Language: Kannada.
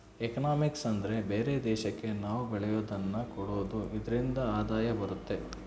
ಎಕನಾಮಿಕ್ಸ್ ಅಂದ್ರೆ ಬೇರೆ ದೇಶಕ್ಕೆ ನಾವ್ ಬೆಳೆಯೋದನ್ನ ಕೊಡೋದು ಇದ್ರಿಂದ ಆದಾಯ ಬರುತ್ತೆ